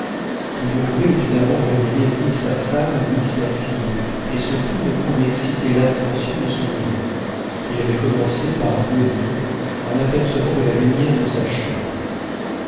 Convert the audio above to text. il ne voulait évidemment réveiller ni sa femme ni sa fille et surtout ne point exciter l'attention de son neveu qu'il avait commencé par maudire en apercevant de la lumière dans sa chambre